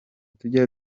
tujya